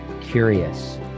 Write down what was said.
curious